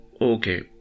Okay